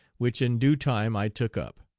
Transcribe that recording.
which in due time i took up.